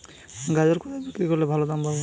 গাজর কোথায় বিক্রি করলে ভালো দাম পাব?